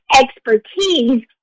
expertise